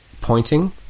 Pointing